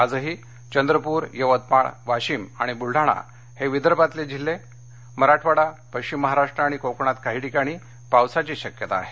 आजही चंद्रपर यवतमाळ वाशिम आणि बूलडाणा हे विदर्भातले जिल्हे मराठवाडा पश्चिम महाराष्ट्र आणि कोकणात काही ठिकाणी पावसाची शक्यता आहे